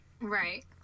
right